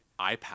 iPad